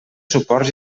suports